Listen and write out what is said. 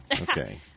Okay